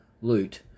loot